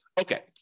Okay